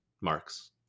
marks